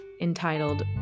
entitled